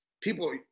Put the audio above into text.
people